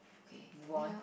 okay move on